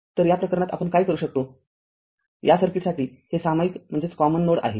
तर या प्रकरणात आपण काय करू शकतो या सर्किटसाठी हे सामायिक नोड आहे